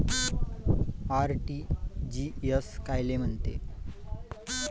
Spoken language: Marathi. आर.टी.जी.एस कायले म्हनते?